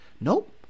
Nope